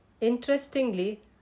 Interestingly